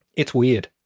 it's weird.